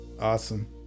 Awesome